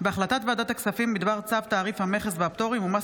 החלטת ועדת הכספים בדבר צו תעריף המכס והפטורים ומס